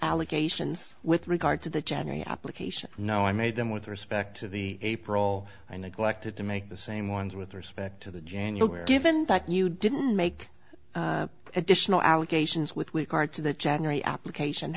allegations with regard to the general application no i made them with respect to the april i neglected to make the same ones with respect to the january given that you didn't make additional allegations with weikart to the january application